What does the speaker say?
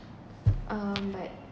um but